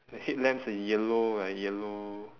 the headlamps are yellow are yellow